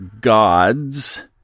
gods